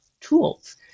tools